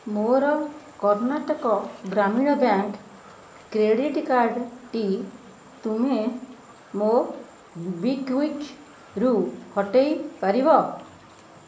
ମୋର Karnataka Gramin bank credit କାର୍ଡ଼ଟି ତୁମେ ମୋବିକ୍ଵିକ୍ରୁ ହଟାଇ ପାରିବ